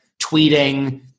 tweeting